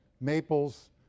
maples